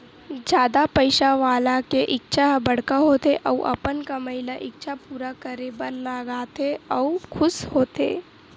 जादा पइसा वाला के इच्छा ह बड़का होथे अउ अपन कमई ल इच्छा पूरा करे बर लगाथे अउ खुस होथे